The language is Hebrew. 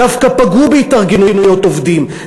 דווקא פגעו בהתארגנויות עובדים,